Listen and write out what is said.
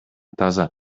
таза